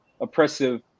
oppressive